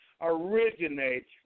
originate